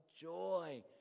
joy